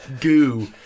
goo